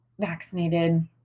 vaccinated